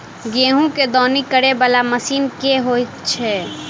गेंहूँ केँ दौनी करै वला मशीन केँ होइत अछि?